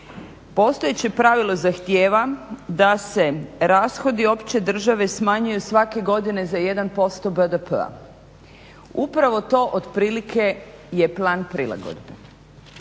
Postojeće pravilo zahtjeva da se rashodi opće države smanjuju svake godine za 1% BDP-a. Upravo to otprilike je plan prilagodbe.